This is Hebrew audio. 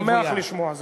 הוא צמוד קרקע.